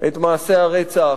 את מעשה הרצח.